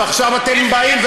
ועכשיו אתם באים,